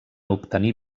obtenir